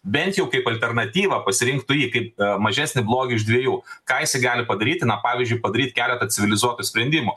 bent jau kaip alternatyvą pasirinktų jį kaip mažesnį blogį iš dviejų ką jisai gali padaryti na pavyzdžiui padaryti keletą civilizuotų sprendimų